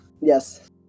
Yes